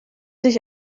sich